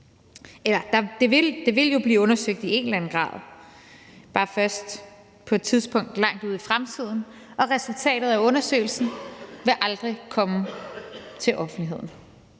det vil jo blive undersøgt i en eller anden grad, bare først på et tidspunkt langt ude i fremtiden, og resultatet af undersøgelsen vil aldrig komme ud til offentligheden.